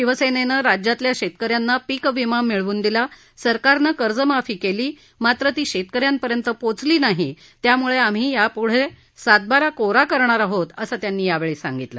शिवसेनेनं राज्यातील शेतकऱ्यांना पीकविमा मिळवून दिला सरकारनं कर्जमाफी केली मात्र ती शेतकऱ्यांपर्यंत पोचली नाही त्यामुळं आम्ही यापुढं सातबारा कोरा करणार आहोत असं त्यांनी यावेळी सांगितलं